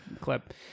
clip